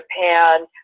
Japan